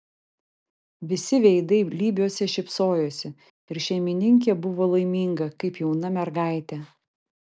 visi veidai lybiuose šypsojosi ir šeimininkė buvo laiminga kaip jauna mergaitė